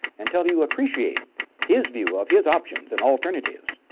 until you appreciate his view of his options and alternatives,